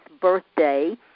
birthday